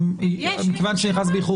מכיוון שנכנסת באיחור,